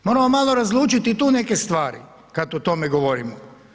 Moramo malo razlučiti i tu neke stvari kad o tome govorimo.